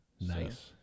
Nice